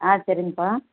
ஆ சரிங்கப்பா